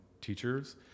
teachers